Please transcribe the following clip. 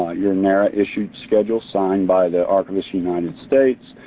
your nara issued schedule signed by the archivist united states.